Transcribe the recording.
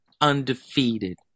undefeated